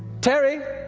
tary.